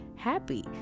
happy